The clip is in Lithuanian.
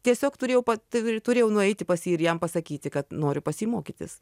tiesiog turėjau pati turėjau nueiti pas jį ir jam pasakyti kad noriu pas jį mokytis